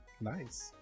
nice